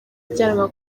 ajyanwa